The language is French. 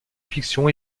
fiction